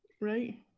Right